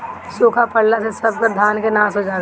सुखा पड़ला से सबकर धान के नाश हो गईल